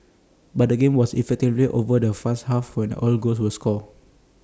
but the game was effectively over in the first half when all goals were scored